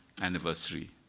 anniversary